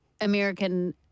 American